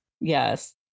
Yes